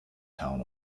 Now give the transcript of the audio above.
town